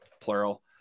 plural